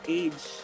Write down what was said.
age